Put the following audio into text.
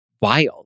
wild